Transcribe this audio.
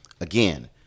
Again